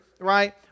Right